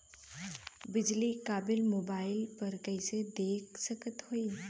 बिजली क bill mobile पर कईसे देख सकत हई?